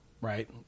right